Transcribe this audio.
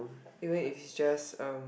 even if it's just um